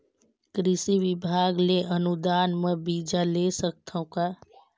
कृषि विभाग ले अनुदान म बीजा ले सकथव का?